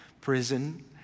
Prison